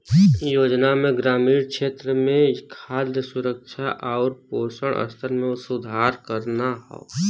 योजना में ग्रामीण क्षेत्र में खाद्य सुरक्षा आउर पोषण स्तर में सुधार करना हौ